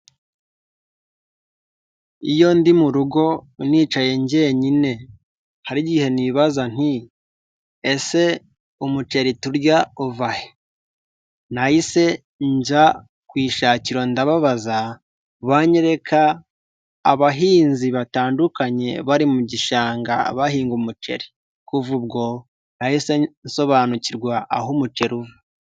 Iyo ndi mugo nicaye njyenyine, hari igihe nibaza nti: "Ese umuceri turya uva he?" Nahise njya ku ishakiro ndababaza, banyereka abahinzi batandukanye bari mu gishanga bahinga umuceri, kuva ubwo nahise nsobanukirwa aho umuceri uva.